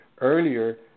earlier